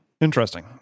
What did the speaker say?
Interesting